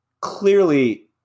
clearly